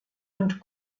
und